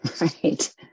right